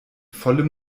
vollem